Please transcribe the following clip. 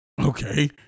okay